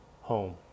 home